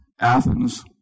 Athens